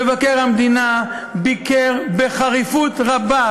מבקר המדינה ביקר בחריפות רבה,